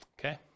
okay